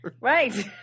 Right